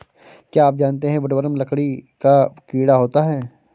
क्या आप जानते है वुडवर्म लकड़ी का कीड़ा होता है?